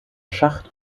schacht